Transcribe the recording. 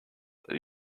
that